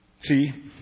See